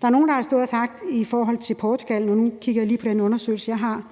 Der er nogle, der har sagt noget i forhold til Portugal – og nu kigger jeg lige på den undersøgelse, jeg har.